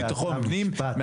ביטחון פנים,